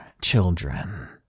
children